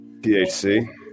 THC